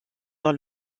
dans